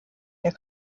der